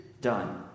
done